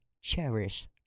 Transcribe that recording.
cherish